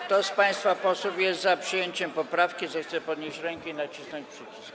Kto z państwa posłów jest za przyjęciem poprawki, zechce podnieść rękę i nacisnąć przycisk.